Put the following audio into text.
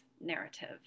narrative